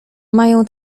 mają